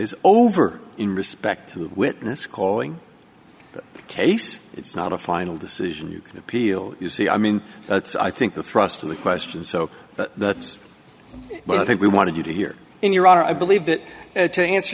is over in respect to witness calling case it's not a final decision you can appeal you see i mean that's i think the thrust of the question so that but i think we wanted you to hear in your honor i believe that to answer